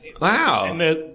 Wow